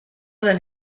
than